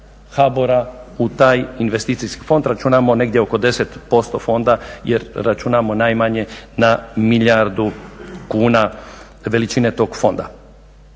HBOR-a u taj investicijski fond, računamo negdje oko 10% fonda jer računamo najmanje na milijardu kuna veličine tog fonda.